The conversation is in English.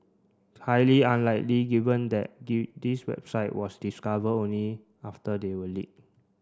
highly unlikely given that the these website was discover only after they were leaked